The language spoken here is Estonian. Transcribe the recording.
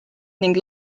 ning